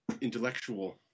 intellectual